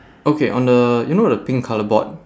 okay on the you know the pink colour board